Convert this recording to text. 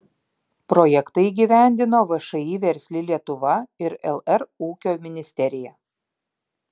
projektą įgyvendino všį versli lietuva ir lr ūkio ministerija